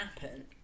happen